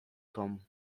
tom